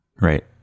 Right